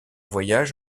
voyage